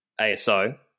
ASO